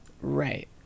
right